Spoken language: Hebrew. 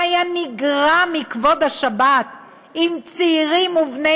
מה היה נגרע מכבוד השבת אם צעירים ובני